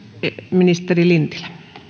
ministeri lintilä